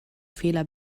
fehler